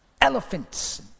Elephants